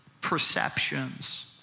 perceptions